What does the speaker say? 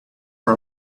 for